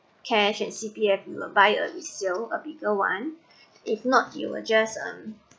cash and C_P_F you can buy a resale bigger one if not you'll just and um